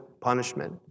punishment